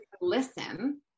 listen